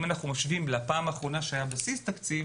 אם משווים לפעם האחרונה שהיה בסיס תקציב,